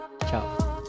Ciao